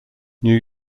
new